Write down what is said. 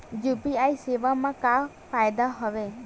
UPI सेवा मा का फ़ायदा हवे?